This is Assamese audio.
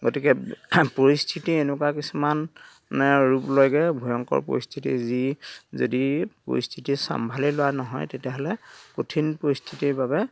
গতিকে পৰিস্থিতি এনেকুৱা কিছুমান মানে ৰূপ লয়গে ভয়ংকৰ পৰিস্থিতি যি যদি পৰিস্থিতি চম্ভালি লোৱা নহয় তেতিয়া হ'লে কঠিন পৰিস্থিতিৰ বাবে